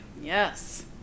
yes